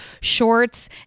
shorts